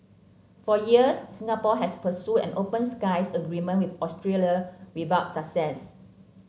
for years Singapore has pursued an open skies agreement with Australia without success